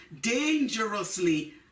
dangerously